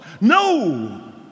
No